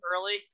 early